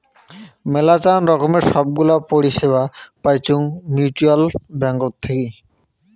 মেলাচান রকমের সব গুলা পরিষেবা পাইচুঙ মিউচ্যুয়াল ব্যাঙ্কত থাকি